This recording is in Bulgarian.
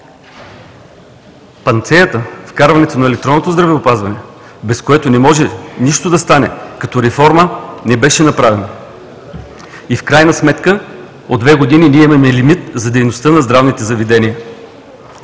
Панацеята – вкарването на електронното здравеопазване, без което не може нищо да стане, като реформа не беше направено. И в крайна сметка от две години ние имаме лимит за дейността на здравните заведения.